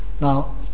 Now